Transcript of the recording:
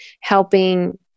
helping